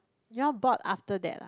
you all bought after that ah